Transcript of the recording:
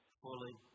fully